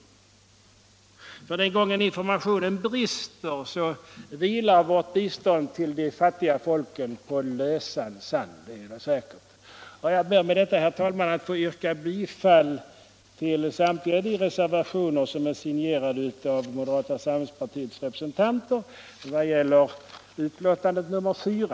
Den gången informationen brister vilar vårt bistånd till de fattiga folken på lösan sand, det är säkert. Jag ber med detta, herr talman, att få yrka bifall till samtliga reservationer som är signerade av moderata samlingspartiets representanter i betänkandet nr 4.